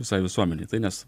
visai visuomenei tai nes